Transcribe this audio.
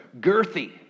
girthy